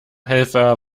helfer